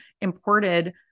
imported